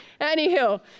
anywho